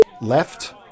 Left